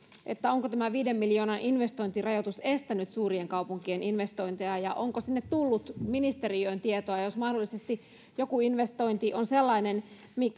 onko tämä viiden miljoonan investointirajoitus estänyt suurien kaupunkien investointeja ja onko tullut ministeriöön tietoa jos mahdollisesti joku investointi on sellainen